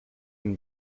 and